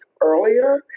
earlier